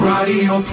Radio